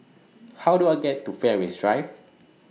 How Do I get to Fairways Drive